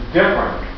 different